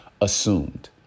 assumed